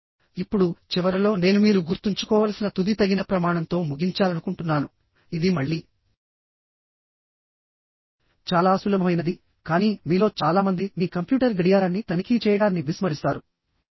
ఇప్పుడు చివరలో నేను మీరు గుర్తుంచుకోవలసిన తుది తగిన ప్రమాణంతో ముగించాలనుకుంటున్నాను ఇది మళ్ళీ చాలా సులభమైనది కానీ మీలో చాలా మంది మీ కంప్యూటర్ గడియారాన్ని తనిఖీ చేయడాన్ని విస్మరిస్తారు